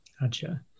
Gotcha